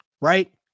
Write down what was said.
Right